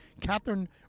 Catherine